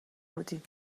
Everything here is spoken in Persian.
بودی